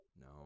No